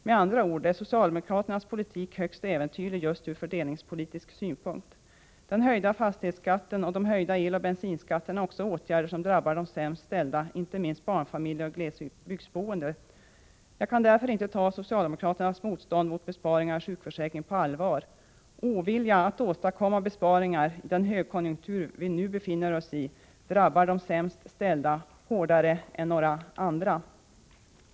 Med andra ord är socialdemokraternas politik högst äventyrlig just ur fördelningspolitisk synpunkt. Den höjda fastighetsskatten och de höjda eloch bensinskatterna är också någonting som drabbar de sämst ställda, inte minst barnfamiljer och glesbygdsboende. Jag kan därför inte ta socialdemokraternas motstånd mot besparingar i sjukförsäkringen på allvar. Ovilja att åstadkomma besparingar iden högkonjunktur som vi nu befinner oss i drabbar de sämst ställda hårdare "än några andra.